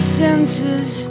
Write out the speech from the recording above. senses